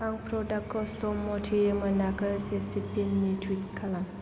आं प्रडाक्टखौ सम मथै मोनाखै जेसिपिनि टुइट खालाम